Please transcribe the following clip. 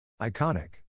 Iconic